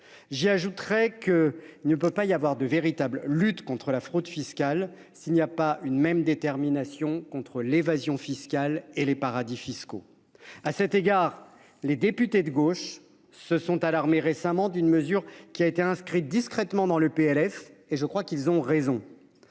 J'ajouterai que ne peut pas y avoir de véritable lutte contre la fraude fiscale s'il n'y a pas une même détermination contre l'évasion fiscale et les paradis fiscaux. À cet égard, les députés de gauche se sont alarmés récemment d'une mesure qui a été inscrite discrètement dans le PLF, et je crois qu'ils ont raison.